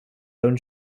own